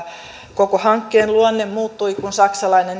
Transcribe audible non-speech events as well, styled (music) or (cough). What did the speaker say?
koko hankkeen luonne muuttui kun saksalainen (unintelligible)